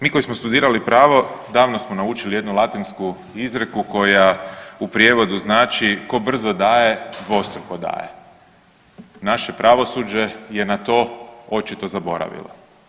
Mi koji smo studirali pravo davno smo naučili jednu latinsku izreku koja u prijevodu znači „Tko brzo daje dvostruko daje“, naše pravosuđe je na to očito zaboravilo.